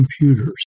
computers